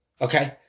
Okay